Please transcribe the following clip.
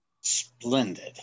Splendid